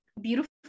beautiful